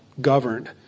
governed